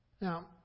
Now